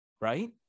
right